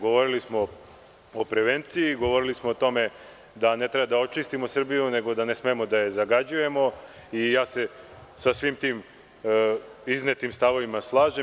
Govorili smo o prevenciji, govorili smo o tome da ne treba da očistimo Srbiju, nego da ne smemo da je zagađujemo i sa svim tim iznetim stavovima se slažem.